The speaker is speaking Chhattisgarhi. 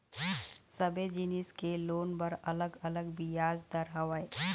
सबे जिनिस के लोन बर अलग अलग बियाज दर हवय